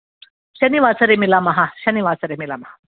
शनिवासरे मिलामः शनिवासरे मिलामः